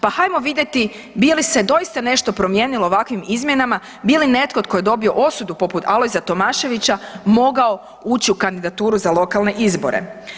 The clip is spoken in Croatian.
Pa hajmo vidjeti bi li se doista nešto promijenilo ovakvim izmjenama, bi li netko tko je dobio osudu poput Alojza Tomaševića mogao ući u kandidaturu za lokalne izbore?